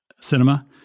cinema